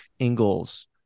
Ingalls